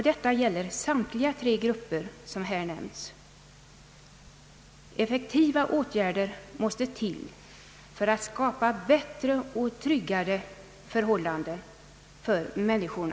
Detta gäller samtliga tre grupper som här nämnts, Effektiva åtgärder måste till för att skapa bättre och tryggare förhållanden för människorna.